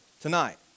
tonight